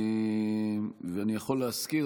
אני יכול להזכיר,